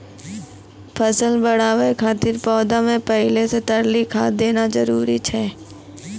फसल बढ़ाबै खातिर पौधा मे पहिले से तरली खाद देना जरूरी छै?